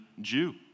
Jew